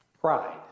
pride